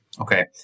Okay